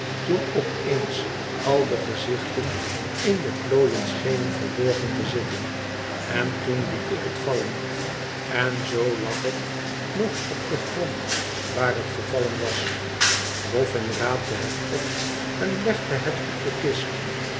toen op eens al de gezichten in de plooien schenen verborgen te zitten en toen liet ik het vallen n zoo lag het nog op den grond waar het gevallen was bofbn raapte bet op en legde het op de kist